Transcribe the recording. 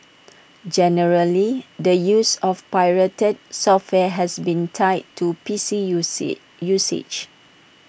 generally the use of pirated software has been tied to P C U C usage